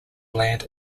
land